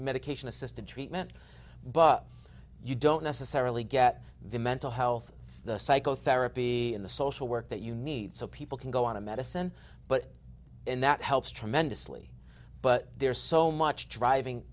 medication assisted treatment but you don't necessarily get the mental health the psychotherapy and the social work that you need so people can go on to medicine but and that helps tremendously but there's so much driving